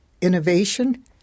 Innovation